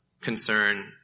concern